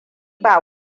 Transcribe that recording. ba